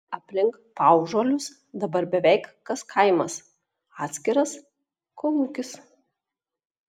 aplink paužuolius dabar beveik kas kaimas atskiras kolūkis